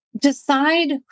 decide